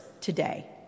today